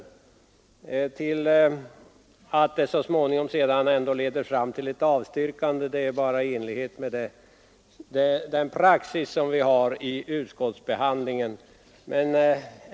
Att utskottets resonemang så småningom ändå leder fram till ett avstyrkande är bara i enlighet med den praxis som vi har vid utskottsbehandlingen.